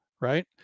right